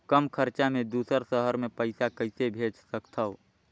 कम खरचा मे दुसर शहर मे पईसा कइसे भेज सकथव?